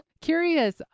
Curious